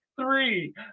three